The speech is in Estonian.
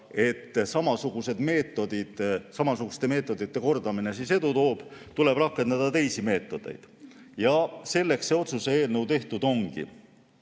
et samasuguste meetodite kordamine edu toob, vaid tuleb rakendada teisi meetodeid. Ja selleks see otsuse eelnõu tehtud ongi.